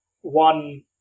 one